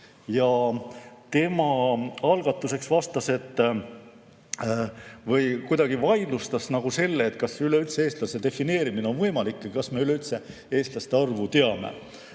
Ja tema algatuseks vastas või kuidagi vaidlustas selle, kas üleüldse eestlase defineerimine on võimalik ja kas me üleüldse eestlaste arvu teame.